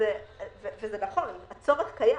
וזה נכון, הצורך קיים.